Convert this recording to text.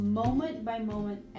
moment-by-moment